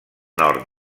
nord